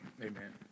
amen